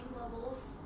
levels